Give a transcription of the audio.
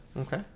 okay